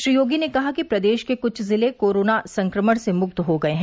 श्री योगी ने कहा कि प्रदेश के कुछ जिले कोरोना संक्रमण से मुक्त हो गए हैं